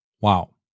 Wow